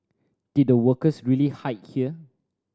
did the workers really hide here